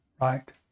right